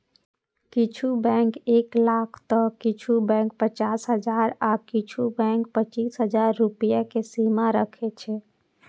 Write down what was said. किछु बैंक एक लाख तं किछु बैंक पचास हजार आ किछु बैंक पच्चीस हजार रुपैया के सीमा राखै छै